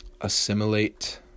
assimilate